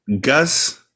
Gus